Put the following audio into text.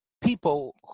people